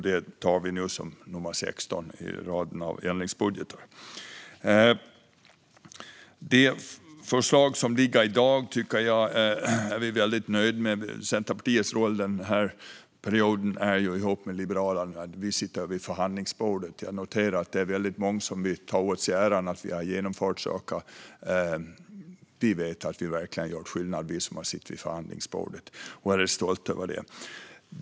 Det har vi nu i nummer 16 i raden av ändringsbudgetar. Det förslag som ligger på bordet i dag är jag väldigt nöjd med. Centerpartiets roll den här perioden är att vi tillsammans med Liberalerna sitter vid förhandlingsbordet. Jag noterar att många vill ta åt sig äran för att ha genomfört saker. Vi som sitter med vid förhandlingsbordet vet att vi verkligen gör skillnad. Jag är ganska stolt över det.